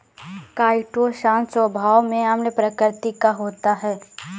chitosan स्वभाव में अम्ल प्रकृति का होता है